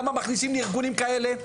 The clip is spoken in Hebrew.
למה מכניסים לי ארגונים כאלה.